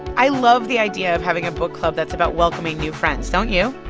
i love the idea of having a book club that's about welcoming new friends, don't you?